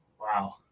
Wow